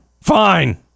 Fine